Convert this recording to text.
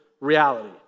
reality